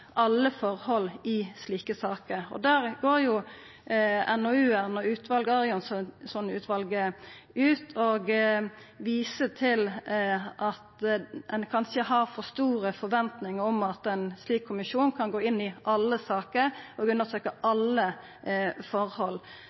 alle forhold i slike saker. Der går NOU-en og Arianson-utvalet ut og viser til at ein kanskje har for store forventningar om at ein slik kommisjon kan gå inn i alle saker og undersøkja alle forhold: «Slik utvalget ser det, er det ikke realistisk at en kommisjon skal undersøke alle